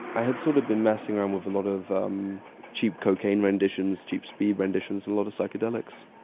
i had sort of been messing around with a lot of um cheap cocaine renditions, cheap speed renditions, and a lot of psychedelics.